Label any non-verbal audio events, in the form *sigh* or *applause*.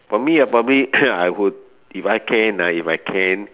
for me uh probably *coughs* I will if I can ah if I can